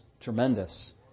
tremendous